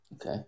Okay